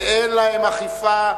ואין להם אכיפה.